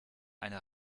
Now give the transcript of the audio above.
eine